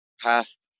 past